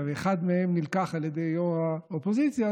ואחד מהם נלקח על ידי יו"ר האופוזיציה,